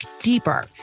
deeper